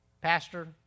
pastor